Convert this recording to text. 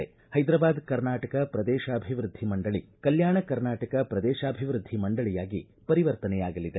ಹೈದರಾಬಾದ್ ಕರ್ನಾಟಕ ಪ್ರದೇಶಾಭಿವೃದ್ಧಿ ಮಂಡಳಿ ಕಲ್ಕಾಣ ಕರ್ನಾಟಕ ಪ್ರದೇಶಾಭಿವೃದ್ದಿ ಮಂಡಳಿಯಾಗಿ ಪರಿವರ್ತನೆಯಾಗಲಿದೆ